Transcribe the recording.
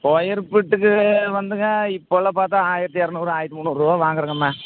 square ஃபிட்டுக்கு வந்துங்க இப்போலாம் பார்த்தா ஆயிரத்தி இரநூறு ஆயிரத்தி முன்னூறுபா வாங்குகிறோங்கம்மா